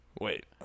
Wait